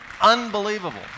unbelievable